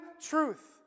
truth